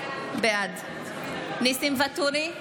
בעד ניסים ואטורי,